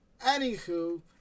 Anywho